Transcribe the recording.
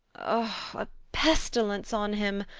a pestilence on him!